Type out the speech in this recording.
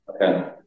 Okay